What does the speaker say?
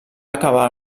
acabar